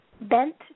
bent